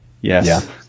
yes